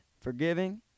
forgiving